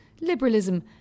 liberalism